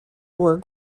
were